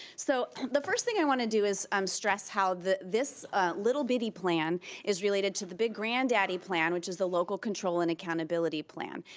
so the first thing i wanna do is um stress how this little bitty plan is related to the big granddaddy plan, which is the local control and accountability plan.